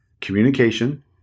communication